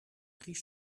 drie